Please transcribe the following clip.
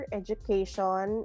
education